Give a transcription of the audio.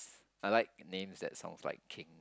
I like names that sound like king